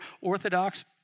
orthodox